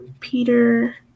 peter